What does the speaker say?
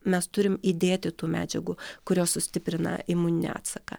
mes turim įdėti tų medžiagų kurios sustiprina imuninį atsaką